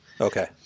okay